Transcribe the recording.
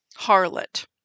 harlot